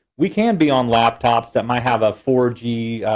we can be on laptops that might have a four g